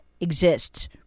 exists